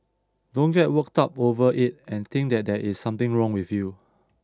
don't get worked up over it and think that there is something wrong with you